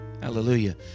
Hallelujah